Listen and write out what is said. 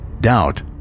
doubt